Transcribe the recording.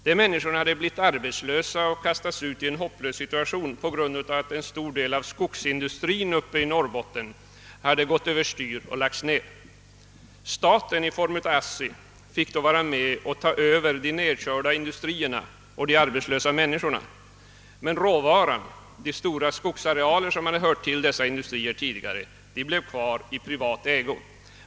Dessa människor hade blivit arbetslösa och hamnat i en hopplös situation på grund av att en stor del av skogsindustrin i Norrbotten hade gått över styr och lagts ned. Staten i form av ASSI fick då ta över de nedkörda industrierna och de arbetslösa människorna. Men råvaran, de stora skogsarealer som hade hört till dessa industrier tidigare, blev kvar i privat ägo.